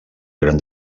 gran